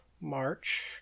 March